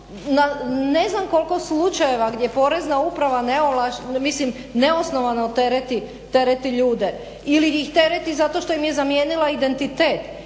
ne znam koliko slučajeva gdje porezna upravo neovlašteno, mislim neosnovano tereti ljude ili ih tereti zato što im je zamijenila identitet